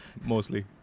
mostly